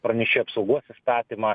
pranešėjo apsaugos įstatymą